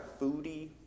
foodie